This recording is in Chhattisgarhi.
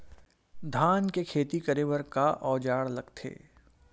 धान के खेती करे बर का औजार लगथे?